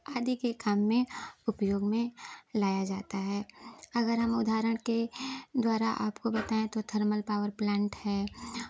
आदि के काम में उपयोग में लाया जाता है अगर हम उदहारण के द्वारा आपको बताएं तो थर्मल पावर प्लांट है